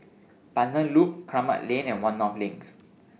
Pandan Loop Kramat Lane and one North LINK